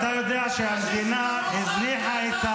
אתה יודע שהמדינה הזניחה את,